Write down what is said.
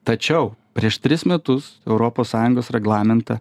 tačiau prieš tris metus europos sąjungos reglamentą